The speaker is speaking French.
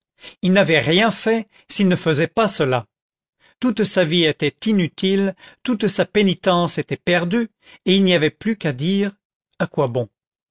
il n'avait rien fait s'il ne faisait pas cela toute sa vie était inutile toute sa pénitence était perdue et il n'y avait plus qu'à dire à quoi bon